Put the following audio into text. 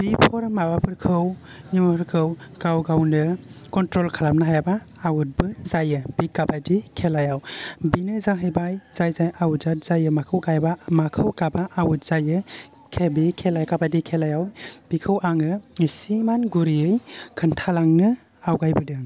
बिफोर माबाफोरखौ नियमफोरखौ गाव गावनो खन्ट्रल खालामनो हायाबा आवट बो जायो बि खाबादि खेलायाव बेनो जाहैबाय जाय जाय आवट जायो माखौ गाइबा माखौ गाबा आवट जायो खे बि खेलायाव खाबादि केलायाव बेखौ आङो इसे मान गुरैयै खोन्थालांनो आवगायबोदों